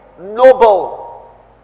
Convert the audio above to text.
noble